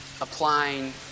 applying